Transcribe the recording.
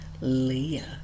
Leah